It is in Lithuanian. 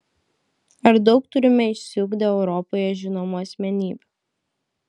ar daug turime išsiugdę europoje žinomų asmenybių